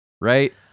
Right